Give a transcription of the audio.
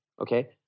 Okay